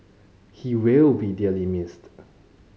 he will be dearly missed